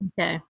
Okay